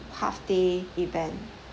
half day event